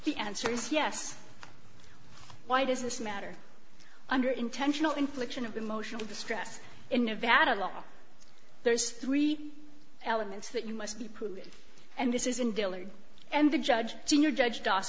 the answer is yes why does this matter under intentional infliction of emotional distress in nevada law there is three elements that you must be prudent and this is in dillard and the judge junior judge